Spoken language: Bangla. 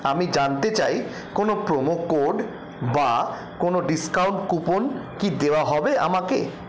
আমি জানতে চাই কোনো প্রোমো কোড বা কোনো ডিসকাউন্ট কুপন কি দেওয়া হবে আমাকে